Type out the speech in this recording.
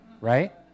right